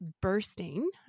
bursting